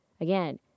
again